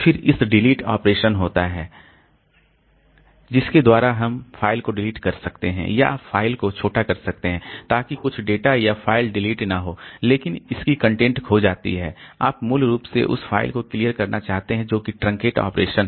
फिर एक delete operation होता है जिसके द्वारा हम फाइल को डिलीट कर सकते हैं या आप फाइल को छोटा कर सकते हैं ताकि कुछ डेटा या फाइल डिलीट न हो लेकिन इसकी कंटेंट खो जाती है आप मूल रूप से उस फाइल को क्लियर करना चाहते हैं जोकि ट्रंकेट ऑपरेशन